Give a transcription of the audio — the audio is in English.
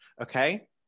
okay